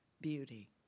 beauty